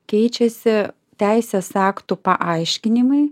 keičiasi teisės aktų paaiškinimai